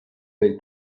they